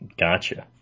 Gotcha